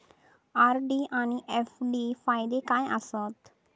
RD आनि FD फायदे काय आसात?